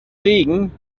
regen